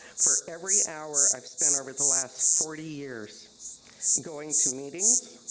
for every hour i've spent over the last forty years going to meetings,